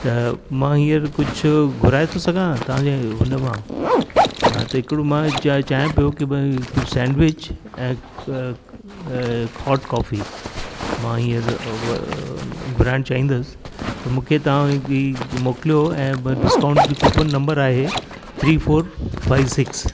त मां हीअंर कुझु घुराए थो सघां तव्हांजे हुन मां हा त हिकिड़ो मां चा चहियां पियो की भाई हिकिड़ी सैंडविच ऐं अ हॉट कॉफी मां हीअंर घुराइण चाहिंदुसि त मूंखे तव्हां बि मोकिलियो ऐं ॿ डिस्काउंट जो कूपन नंबर आहे थ्री फोर फाइव सिक्स